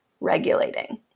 regulating